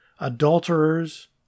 adulterers